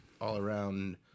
all-around